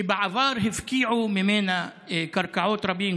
שבעבר הפקיעו ממנה קרקעות רבים,